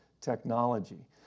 technology